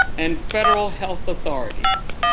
and federal health authorities.